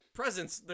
presents